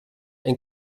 ein